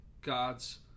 God's